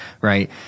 right